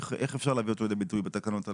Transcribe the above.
איך אפשר להביא אותו לידי ביטוי בתקנות הללו?